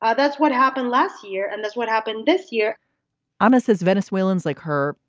ah that's what happened last year and that's what happened this year almost as venezuelans like her.